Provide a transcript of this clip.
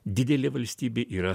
didelė valstybė yra